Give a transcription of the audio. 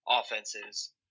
offenses